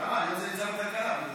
הכלכלה נתקבלה.